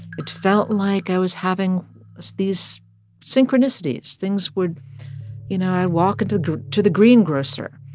it felt like i was having these synchronicities. things would you know, i'd walk and to to the greengrocer.